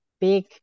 big